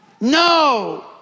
No